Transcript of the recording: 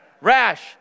rash